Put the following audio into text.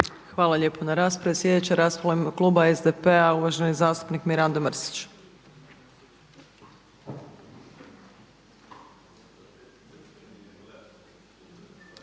Hvala lijepo na raspravi. Sljedeća rasprava u ime kluba SPD-a je uvaženi zastupnik Mirando Mrsić.